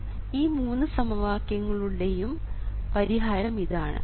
അതിനാൽ ഈ മൂന്ന് സമവാക്യങ്ങളുടെ യുടെ പരിഹാരം ഇതാണ്